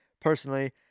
personally